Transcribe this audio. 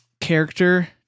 character